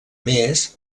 més